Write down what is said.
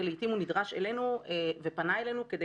ולעיתים הוא נדרש אלינו ופנה אלינו כדי